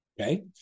Okay